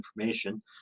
information